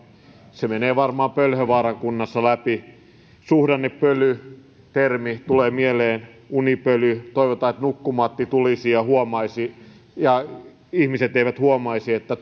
se menee varmaan pölhövaaran kunnassa läpi suhdannepöly termistä tulee mieleen unipöly toivotaan että nukkumatti tulisi ja ihmiset eivät huomaisi että